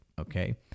Okay